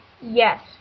Yes